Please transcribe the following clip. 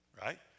right